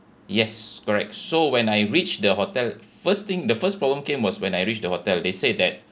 yes correct so when I reached the hotel first thing the first problem came was when I reach the hotel they said that